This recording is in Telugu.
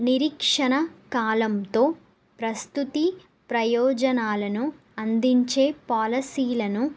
నిరీక్షణ కాలంతో ప్రసూతి ప్రయోజనాలను అందించే పాలసీలను